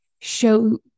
show